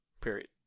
period